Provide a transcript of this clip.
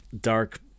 dark